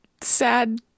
sad